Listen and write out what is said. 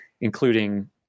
including